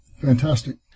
fantastic